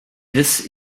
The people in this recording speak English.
this